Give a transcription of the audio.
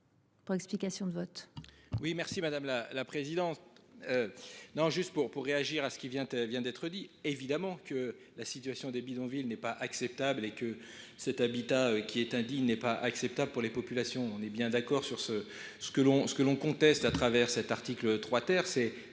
pour explication de vote.